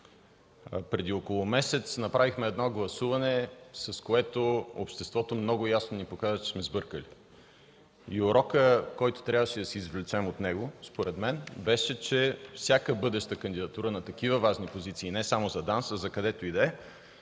Преди около месец направихме едно гласуване, с което обществото много ясно ни показа, че сме сбъркали. И урокът, който трябваше да си извлечем от него според мен беше, че всяка бъдеща кандидатура на такива важни позиции, не само за ДАНС, а за където и да